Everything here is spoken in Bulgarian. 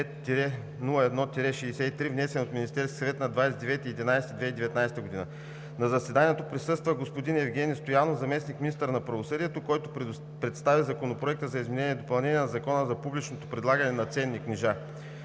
внесен от Министерския съвет на 29 ноември 2019 г. На заседанието присъства господин Евгени Стоянов – заместник-министър на правосъдието, който представи Законопроекта за изменение и допълнение на Закона за публичното предлагане на ценни книжа.